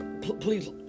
Please